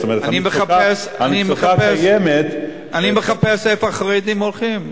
אני מחפש, איפה החרדים הולכים?